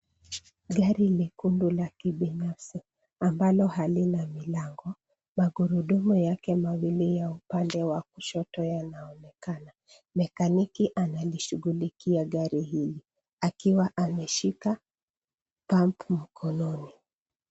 Gari lekundu la kibinafsi ambalo halina milango. Magurudumu yake mawili ya upande wa kushoto yanaonekana. Mekaniki analishughulikia gari hili, akiwa ameshika pump mkononi.